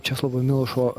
česlovo milošo